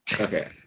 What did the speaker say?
okay